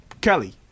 Kelly